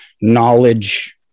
knowledge